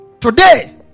Today